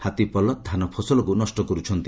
ହାତୀପଲ ଧାନ ଫସଲକୁ ନଷ କରୁଛନ୍ତି